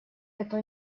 эту